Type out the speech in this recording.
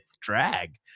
drag